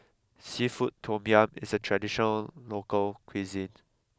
Seafood Tom Yum is a traditional local cuisine